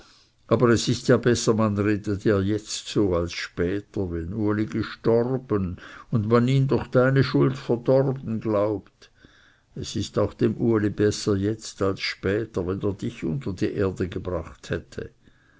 aber es ist ja besser man rede dir jetzt so als später wenn uli gestorben und man ihn durch deine schuld verdorben glaubt es ist auch dem uli besser jetzt als später wenn er dich unter die erde gebracht hätte